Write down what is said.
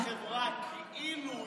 מעבר מחברה לחברה כאילו יצר,